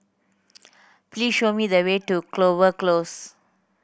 please show me the way to Clover Close